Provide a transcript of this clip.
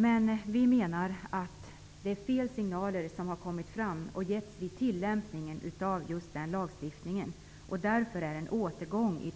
Men vi menar att det är fel signaler som har kommit fram och getts vid tillämpningen av just den lagstiftningen. Därför är en återgång